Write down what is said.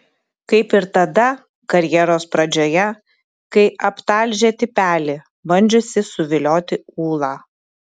kaip ir tada karjeros pradžioje kai aptalžė tipelį bandžiusį suvilioti ūlą